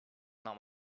not